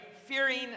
fearing